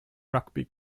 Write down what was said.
rugby